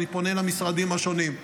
אני פונה למשרדים השונים: